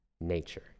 nature